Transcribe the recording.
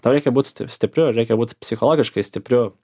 tau reikia būt sti stipriu reikia būt psichologiškai stipriu